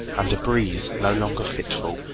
and a breeze, no longer fitful,